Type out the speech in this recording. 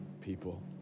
people